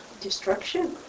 Destruction